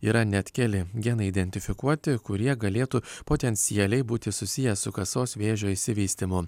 yra net keli genai identifikuoti kurie galėtų potencialiai būti susiję su kasos vėžio išsivystymu